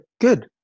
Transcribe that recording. Good